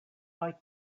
like